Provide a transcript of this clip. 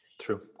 True